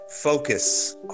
focus